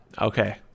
Okay